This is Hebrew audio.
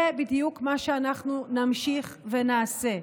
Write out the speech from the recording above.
זה בדיוק מה שאנחנו נמשיך ונעשה.